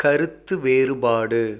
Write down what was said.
கருத்து வேறுபாடு